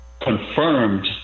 confirmed